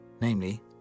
namely